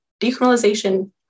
decriminalization